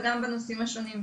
וגם בנושאים השונים.